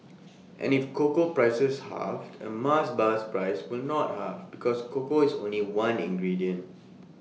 and if cocoa prices halved A Mars bar's price will not halve because cocoa is only one ingredient